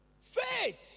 Faith